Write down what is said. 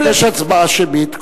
כי תהיה הצבעה שמית,